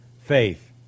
faith